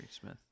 Smith